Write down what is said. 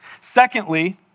Secondly